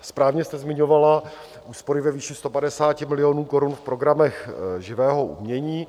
Správně jste zmiňovala úspory ve výši 150 milionů korun v programech živého umění.